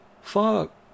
Fuck